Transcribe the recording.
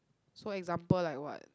so example like what